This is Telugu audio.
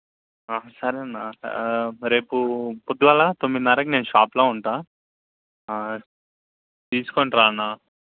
సరేన్న రేపు పొద్దుగాల తొమ్మిదిన్నరకి నేను షాప్లో ఉంటా తీసుకొనిరా అన్న